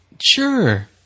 Sure